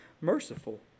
merciful